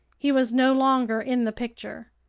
he was no longer in the picture.